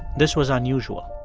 this was unusual.